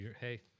Hey